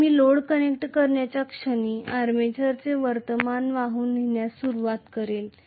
पण मी load connect करण्याच्या क्षणी आर्मेचर करंट वाहून नेण्यास सुरूवात करेल